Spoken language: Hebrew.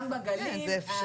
גם בגליל,